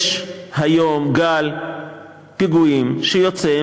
יש היום גל פיגועים שיוצא,